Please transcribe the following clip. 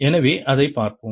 எனவே அதைப் பார்ப்போம்